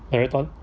marathon